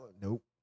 nope